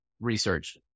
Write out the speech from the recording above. research